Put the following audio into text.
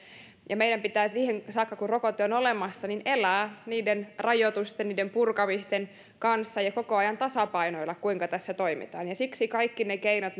meidän pitää siihen saakka kun rokote on olemassa elää rajoitusten ja niiden purkamisten kanssa ja koko ajan tasapainoilla kuinka tässä toimitaan siksi kaikki ne keinot